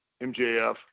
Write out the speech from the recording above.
MJF